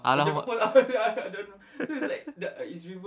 ah~